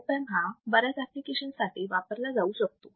op amp हा बऱ्याच application साठी वापरला जाऊ शकतो